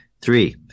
Three